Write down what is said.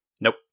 Nope